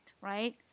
right